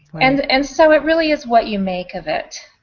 and and so it really is what you make of it.